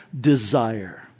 desire